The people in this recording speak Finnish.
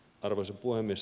arvoisa puhemies